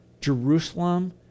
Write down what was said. Jerusalem